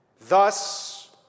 Thus